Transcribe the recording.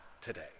today